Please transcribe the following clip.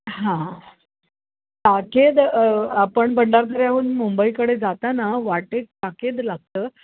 हां टाकेद आपण भंडारदऱ्याहून मुंबईकडे जाताना वाटेत टाकेद लागतं